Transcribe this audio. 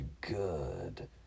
good